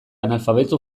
analfabeto